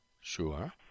Sure